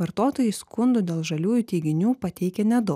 vartotojai skundų dėl žaliųjų teiginių pateikė nedaug